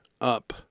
up